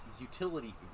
utility